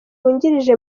wungirije